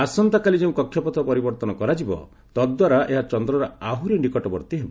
ଆସନ୍ତାକାଲି ଯେଉଁ କକ୍ଷପଥ ପରିବର୍ତ୍ତନ କରାଯିବ ତଦ୍ୱାରା ଏହା ଚନ୍ଦ୍ରର ଆହୁରି ନିକଟବର୍ତ୍ତୀ ହେବ